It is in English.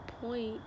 point